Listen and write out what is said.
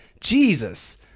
Jesus